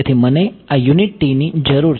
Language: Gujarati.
તેથી મને આ યુનિટ t ની જરૂર છે